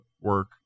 work